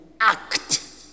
act